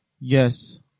Yes